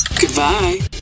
Goodbye